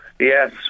Yes